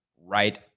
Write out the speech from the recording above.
right